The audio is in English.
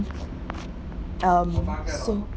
um so